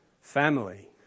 Family